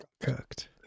Cooked